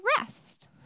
rest